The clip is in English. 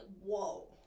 whoa